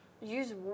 Use